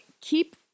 keep